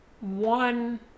one